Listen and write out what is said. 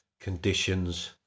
conditions